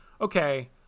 okay